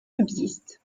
subsistent